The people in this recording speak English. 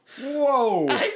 Whoa